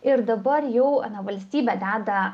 ir dabar jau na valstybė deda